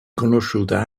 conosciuta